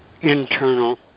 internal